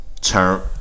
Turn